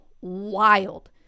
wild